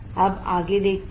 अब आगे देखते हैं